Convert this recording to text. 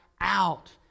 out